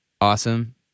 awesome